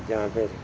ਜਾਂ ਫਿਰ